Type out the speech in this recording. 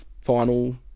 final